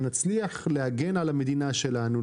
שנצליח להגן על המדינה שלנו,